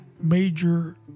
major